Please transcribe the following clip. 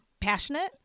passionate